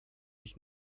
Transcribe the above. ich